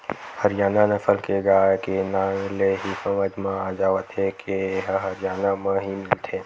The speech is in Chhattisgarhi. हरियाना नसल के गाय के नांवे ले ही समझ म आ जावत हे के ए ह हरयाना म ही मिलथे